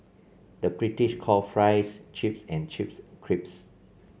the British call fries chips and chips crisps